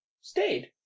stayed